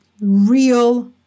real